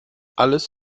alles